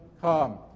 come